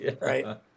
right